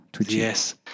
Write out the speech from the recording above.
Yes